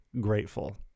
grateful